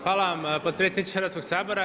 Hvala vam potpredsjedniče Hrvatskoga sabora.